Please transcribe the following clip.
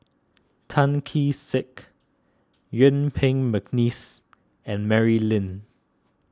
Tan Kee Sek Yuen Peng McNeice and Mary Lim